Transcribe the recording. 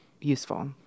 useful